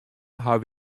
hawwe